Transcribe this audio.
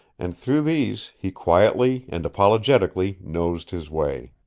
and through these he quietly and apologetically nosed his way.